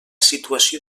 situació